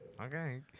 Okay